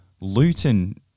Luton